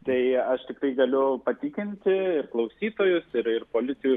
tai aš tiktai galiu patikinti ir klausytojus ir ir koalicijoj